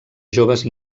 joves